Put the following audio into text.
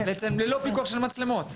בעצם ללא פיקוח של מצלמות.